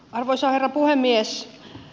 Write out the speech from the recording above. arvoisa herra puhemies